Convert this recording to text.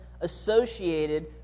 associated